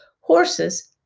horses